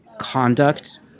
conduct